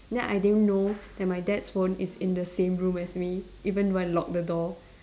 then I didn't know that my dad's phone is in the same room as me even though I locked the door